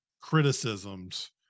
criticisms